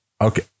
Okay